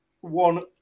One